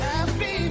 Happy